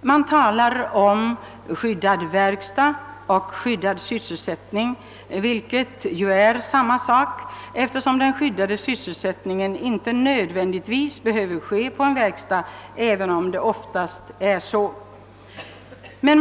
Man talar om skyddad verkstad och skyddad sysselsättning, vilket ju inte är samma sak eftersom den skyddade sysselsättningen inte nödvändigtvis behöver äga rum på en verkstad, även om detta oftast är fallet.